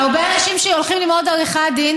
יש הרבה אנשים שהולכים ללמוד עריכת דין